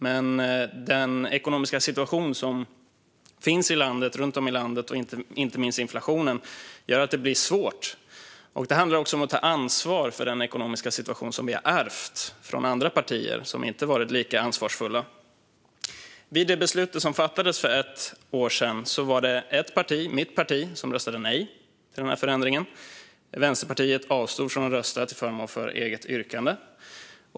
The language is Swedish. Men den ekonomiska situation som råder i landet, och inte minst inflationen, gör att det blir svårt. Det handlar också om att ta ansvar för den ekonomiska situation som vi har ärvt från andra partier som inte varit lika ansvarsfulla. Vid det beslut som fattades för ett år sedan var det ett parti - mitt parti - som röstade nej till denna förändring. Vänsterpartiet avstod från att rösta till förmån för ett eget yrkande.